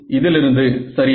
இதிலிருந்து சரியா